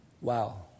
Wow